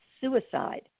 suicide